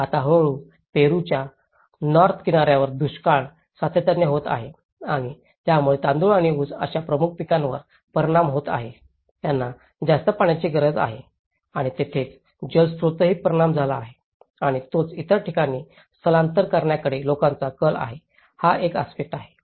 आता हळूहळू पेरूच्या नॉर्थ किना यावर दुष्काळ सातत्याने होत आहे आणि यामुळे तांदूळ आणि ऊस अशा प्रमुख पिकांवर परिणाम होत आहे ज्यांना जास्त पाण्याची गरज आहे आणि तेथेच जलस्रोतांवरही परिणाम झाला आहे आणि तोच इतर ठिकाणी स्थलांतर करण्याकडे लोकांचा कल हा एक आस्पेक्ट आहे